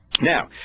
Now